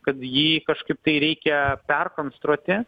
kad jį kažkaip tai reikia perkonstruoti